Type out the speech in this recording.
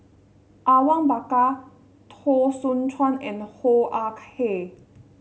Awang Bakar Teo Soon Chuan and Hoo Ah Kay